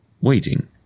Waiting